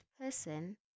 person